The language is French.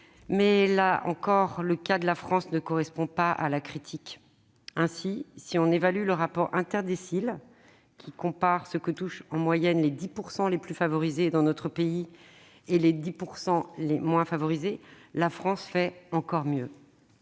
là encore, le cas de la France ne correspond pas à la critique. Ainsi, si on évalue le rapport interdécile, qui compare ce que touchent en moyenne les 10 % les plus favorisés et les 10 % les moins favorisés, la France fait encore mieux.